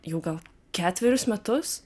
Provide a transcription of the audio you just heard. jau gal ketverius metus